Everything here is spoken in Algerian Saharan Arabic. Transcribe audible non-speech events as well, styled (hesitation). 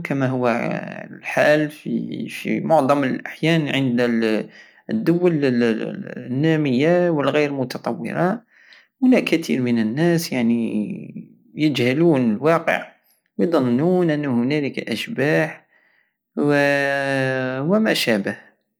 كما هو (hesitation) الحل في- في معصم الاحيان عند الدول (hesitation) النامية والغير متطورة هناك كتير من الناس يعني (hesitation) يجهلون الواقع ويظنون ان هنالك اشباح وماشابه